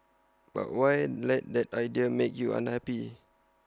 but why let that idea make you unhappy